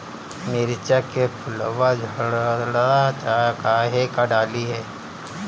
मिरचा के फुलवा झड़ता काहे का डाली?